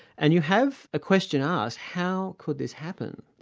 and you have a question asked, how could this happen?